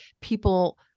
people